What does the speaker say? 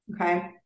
Okay